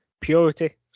Purity